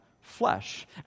flesh